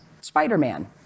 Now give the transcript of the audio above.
Spider-Man